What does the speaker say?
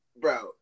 bro